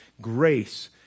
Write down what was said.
grace